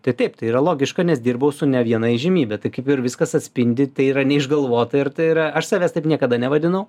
tai taip tai yra logiška nes dirbau su ne viena įžymybe tai kaip ir viskas atspindi tai yra neišgalvota ir tai yra aš savęs taip niekada nevadinau